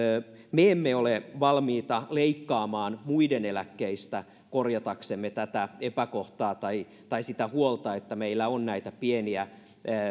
me emme ole valmiita leikkaamaan muiden eläkkeistä korjataksemme tätä epäkohtaa tai tai sitä huolta että meillä on näitä pieniä